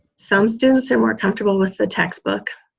some students are more comfortable with the textbook.